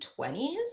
20s